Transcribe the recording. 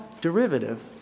derivative